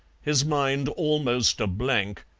his mind almost a blank,